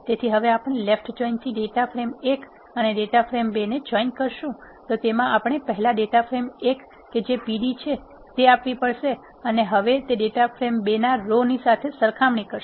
તેથી હવે આપણે લેફ્ટ જોઈન થી ડેટા ફ્રેમ ૧ અને ડેટા ફ્રેમ ૨ ને જોઈન કરશું તો તેમાં આપણે પહેલા ડેટા ફ્રેમ ૧ કે જે pd છે તે આપવી પડશે અને હવે તે ડેટા ફ્રેમ ૨ ના રો ની સાથે સરખામણી કરશે